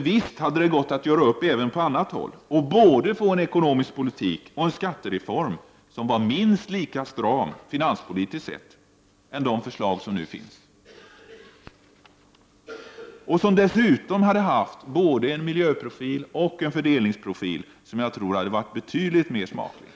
Visst hade det gått att göra upp även på annat håll och få både en ekonomisk politik och en skattereform som finanspolitiskt sett var minst lika stram som de förslag som nu finns och som dessutom hade haft både en miljöprofil och en fördelningsprofil som jag tror hade varit betydligt mer smaklig.